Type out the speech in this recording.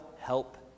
help